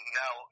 now